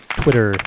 twitter